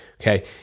okay